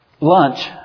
Lunch